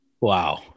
Wow